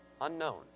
Unknown